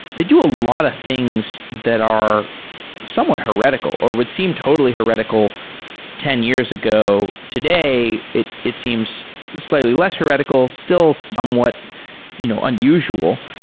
they do a lot of things that are somewhat heretical or would seem totally heretical ten years ago. today, it it seems slightly less heretical, still somewhat you know unusual.